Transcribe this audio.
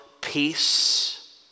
peace